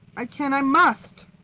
i can i must.